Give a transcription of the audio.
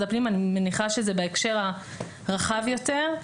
הפנים ואני מניחה שזה בהקשר הרחב יותר.